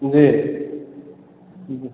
जी जी